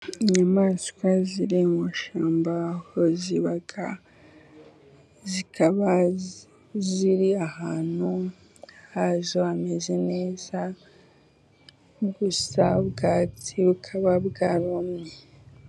Inyamaswa ziri mu ishyamba aho ziba, zikaba ziri ahantu hazo hameze neza ,gusa ubwatsi bukaba bwarumye.